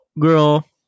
girl